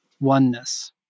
oneness